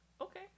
Okay